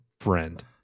friend